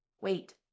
Wait